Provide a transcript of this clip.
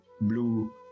blue